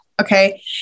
Okay